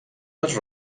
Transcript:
les